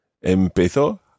empezó